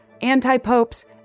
anti-Popes